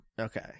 okay